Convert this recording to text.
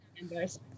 members